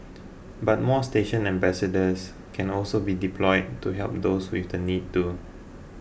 but more station ambassadors can also be deployed to help those with the need too